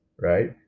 right